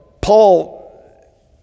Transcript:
Paul